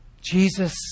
Jesus